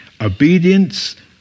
Obedience